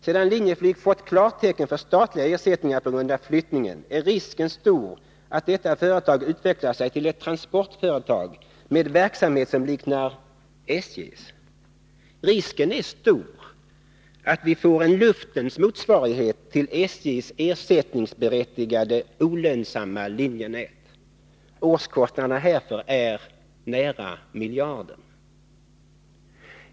Sedan Linjeflyg fått klartecken för statliga ersättningar på grund av flyttningen är risken stor att detta företag utvecklar sig till ett transportföretag med verksamhet som liknar SJ:s. Risken är stor att vi får en luftens motsvarighet till SJ:s ersättningsberättigade olönsamma linjenät. Årskostnaden härför är nära miljarden.